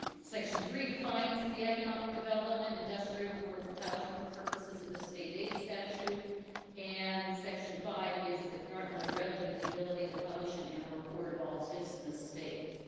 section three defines the economic development industrial affordable housing for purposes of the state aid statue and section five gives the department of revenue the ability to publish an in a report of all tips in the state